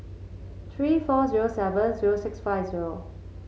three four zero seven zero six five zero